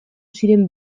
ziren